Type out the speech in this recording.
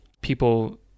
people